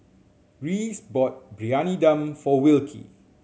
Rhys bought Briyani Dum for Wilkie